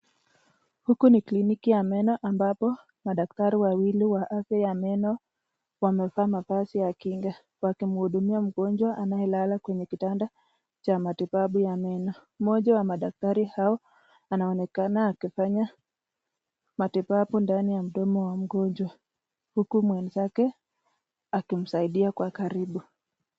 Huku ni kliniki ya meno ambapo madaktari wawili wa afya ya meno wamevaa mavazi ya kinga wakimhudumia mgonjwa anayelala kwa kitanda cha matibabu ya meno. Mmoja wa madaktari hawa anaonekana akifanya matibabu ndani ya meno wa mgonjwa huku mwenzake akimsaidia kwa karibu.